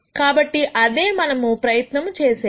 కాబట్టి అదే మనము ప్రయత్నం చేసేది